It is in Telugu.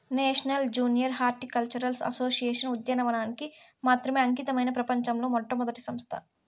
నేషనల్ జూనియర్ హార్టికల్చరల్ అసోసియేషన్ ఉద్యానవనానికి మాత్రమే అంకితమైన ప్రపంచంలో మొట్టమొదటి సంస్థ